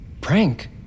Prank